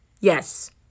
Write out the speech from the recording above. Yes